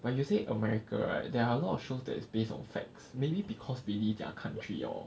but you say america right there are a lot of shows that is based on facts maybe because really their country hor